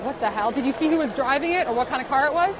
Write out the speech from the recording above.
what the hell did you see who was driving it and what kind of car it was